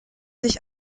sich